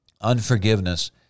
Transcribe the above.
unforgiveness